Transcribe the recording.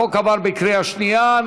החוק עבר בקריאה שנייה.